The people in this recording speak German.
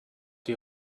die